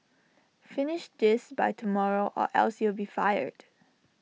finish this by tomorrow or else you'll be fired